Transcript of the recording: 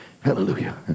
Hallelujah